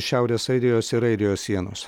šiaurės airijos ir airijos sienos